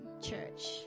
church